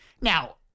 Now